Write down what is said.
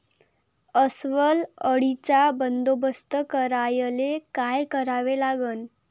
अस्वल अळीचा बंदोबस्त करायले काय करावे लागन?